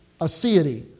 aseity